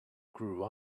grew